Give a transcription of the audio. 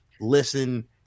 listen